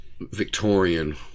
Victorian